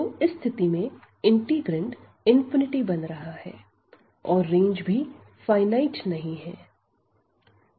तो इस स्थिति में इंटीग्रैंड बन रहा है और रेंज भी फाइनाइट नहीं है